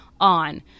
On